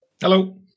Hello